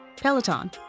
Peloton